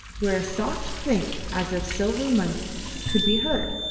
where a soft clink as of silver money could be heard.